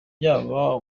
yabaye